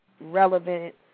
relevant